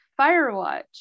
Firewatch